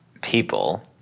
people